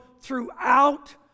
throughout